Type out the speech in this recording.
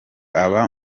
aba